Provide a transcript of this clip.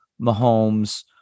Mahomes